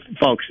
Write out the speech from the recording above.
Folks